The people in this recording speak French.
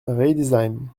riedisheim